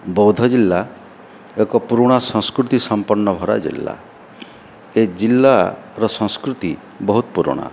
ବଉଦ ଜିଲ୍ଲା ଏକ ପୁରୁଣା ସଂସ୍କୃତି ସମ୍ପନ୍ନ ଭରା ଜିଲ୍ଲା ଏଇ ଜିଲ୍ଲାର ସଂସ୍କୃତି ବହୁତ ପୁରୁଣା